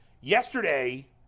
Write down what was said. yesterday